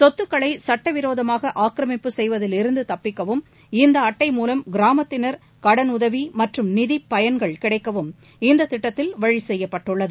சொத்துக்களை சட்ட விரோதமாக ஆக்கிரமிப்பு செய்வதிலிருந்து தப்பிக்கவும் இந்த அட்டை மூலம் கிராமத்தினர் கடனுதவி மற்றும் நிதி பயன்கள் கிடைக்கவும் இந்த திட்டத்தில் வழி செய்யப்பட்டுள்ளது